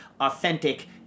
authentic